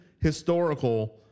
historical